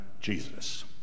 Jesus